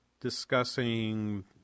discussing